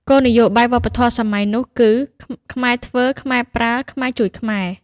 គោលនយោបាយវប្បធម៌សម័យនោះគឺ "ខ្មែរធ្វើ ខ្មែរប្រើ ខ្មែរជួយខ្មែរ"។